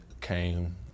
came